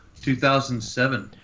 2007